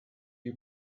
you